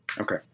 Okay